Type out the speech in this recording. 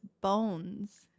bones